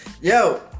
Yo